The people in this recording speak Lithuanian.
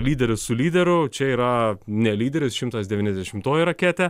lyderis su lyderiu čia yra ne lyderis šimtas devyniasdešimtoji raketė